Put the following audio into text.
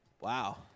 wow